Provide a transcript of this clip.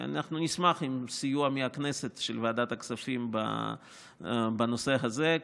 ואנחנו נשמח לסיוע של ועדת הכספים של הכנסת בנושא הזה.